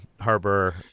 harbor